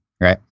right